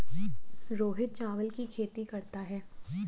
रोहित चावल की खेती करता है